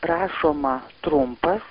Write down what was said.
rašoma trumpas